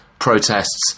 Protests